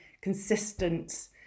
consistent